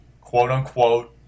quote-unquote